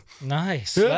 Nice